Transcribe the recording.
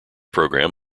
program